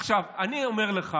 עכשיו, אני אומר לך